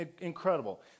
incredible